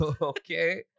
okay